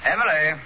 Emily